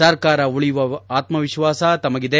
ಸರ್ಕಾರ ಉಳಿಯುವ ಆತ್ಮವಿಶ್ವಾಸ ನಮಗಿದೆ